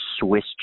Swiss